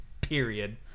period